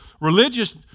religious